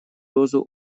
дозу